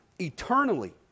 eternally